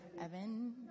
Evan